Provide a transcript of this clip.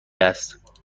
است